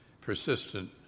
persistent